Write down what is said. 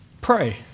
pray